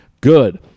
good